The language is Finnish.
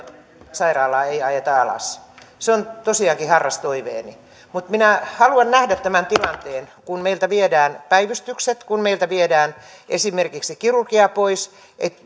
sairaalaa ei ajeta alas se on tosiaankin harras toiveeni mutta minä haluan nähdä tämän tilanteen kun meiltä viedään päivystykset kun meiltä viedään esimerkiksi kirurgia pois niin